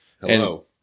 hello